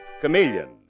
Chameleon